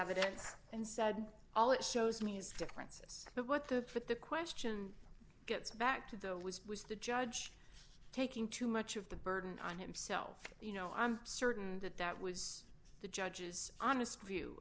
evidence and said all it shows me his differences but what the put the question gets back to the was was the judge taking too much of the burden on himself you know i'm certain that that was the judges honest view